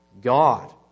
God